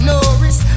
Norris